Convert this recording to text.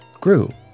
grew